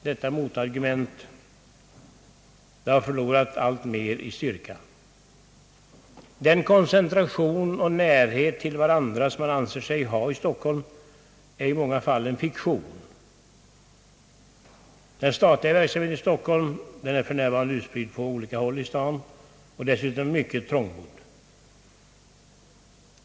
Detta motargument har emellertid förlorat alltmer i styrka. Den koncentration och närhet till varandra som man anser sig ha i Stockholm är i många fall en fiktion. Den statliga verksamheten i Stockholm är för närvarande utspridd på olika håll i staden och dessutom är den mycket trångbodd.